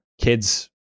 kids